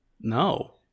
No